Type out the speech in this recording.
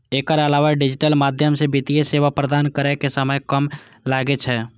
एकर अलावा डिजिटल माध्यम सं वित्तीय सेवा प्रदान करै मे समय कम लागै छै